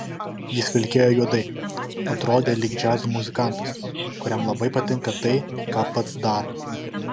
jis vilkėjo juodai atrodė lyg džiazo muzikantas kuriam labai patinka tai ką pats daro